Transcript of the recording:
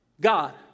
God